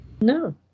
No